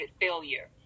failure